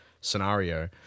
scenario